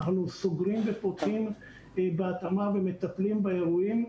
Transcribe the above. אנחנו סוגרים ופותחים בהתאמה ומטפלים באירועים,